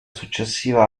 successiva